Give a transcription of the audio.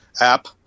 app